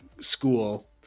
school